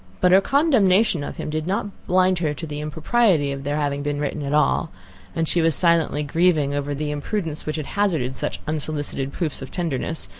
but her condemnation of him did not blind her to the impropriety of their having been written at all and she was silently grieving over the imprudence which had hazarded such unsolicited proofs of tenderness,